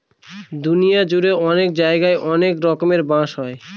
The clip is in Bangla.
দুনিয়া জুড়ে অনেক জায়গায় অনেক রকমের বাঁশ হয়